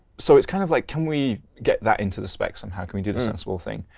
so it's kind of like, can we get that into the specs somehow? can we do the sensible thing?